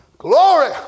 Glory